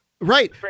Right